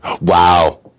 Wow